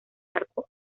banco